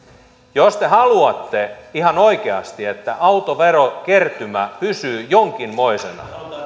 jos te haluatte ihan oikeasti että autoverokertymä pysyy jonkinmoisena